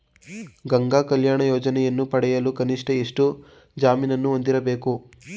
ಗಂಗಾ ಕಲ್ಯಾಣ ಯೋಜನೆಯನ್ನು ಪಡೆಯಲು ಕನಿಷ್ಠ ಎಷ್ಟು ಜಮೀನನ್ನು ಹೊಂದಿರಬೇಕು?